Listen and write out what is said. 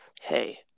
Hey